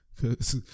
cause